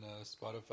Spotify